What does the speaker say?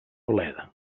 bleda